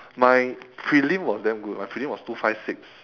my prelim was damn good my prelim was two five six